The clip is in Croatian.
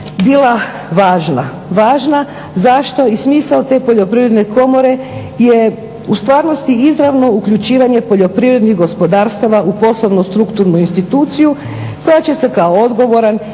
bila važna. Važna zašto? I smisao te Poljoprivredne komore je u stvarnosti izravno uključivanje poljoprivrednih gospodarstava u poslovnu strukturnu instituciju koja će se kao odgovoran i